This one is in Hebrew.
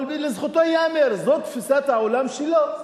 אבל לזכותו ייאמר, זאת תפיסת העולם שלו,